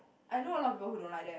I know a lot of people who don't like them